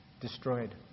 Destroyed